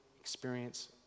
experience